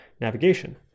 navigation